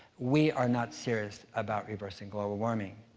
we are not serious about reversing global warming,